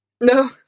no